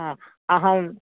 हा अहम्